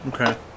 okay